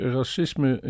racisme